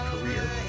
career